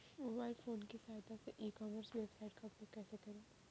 Mobile phone की सहायता से ई कॉमर्स वेबसाइट का उपयोग कैसे करें?